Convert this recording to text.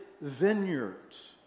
vineyards